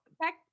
back